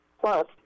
Plus